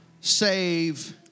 save